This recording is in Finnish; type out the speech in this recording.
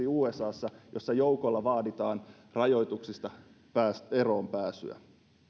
usassa jossa joukolla vaaditaan rajoituksista eroon pääsyä